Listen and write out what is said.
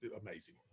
amazing